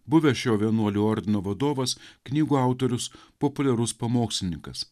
buvęs šio vienuolių ordino vadovas knygų autorius populiarus pamokslininkas